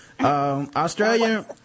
Australian